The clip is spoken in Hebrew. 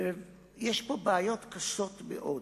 ויש פה בעיות קשות מאוד.